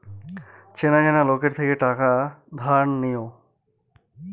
চেনা জানা লোকের থেকে টাকা ধার নিও